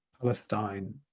Palestine